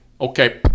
okay